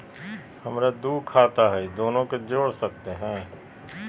हमरा दू खाता हय, दोनो के जोड़ सकते है?